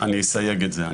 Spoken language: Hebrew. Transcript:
אני אסייג את זה.